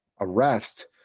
arrest